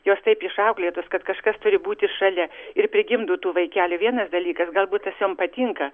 jos taip išauklėtos kad kažkas turi būti šalia ir prigimdo tų vaikelių vienas dalykas galbūt tas jom patinka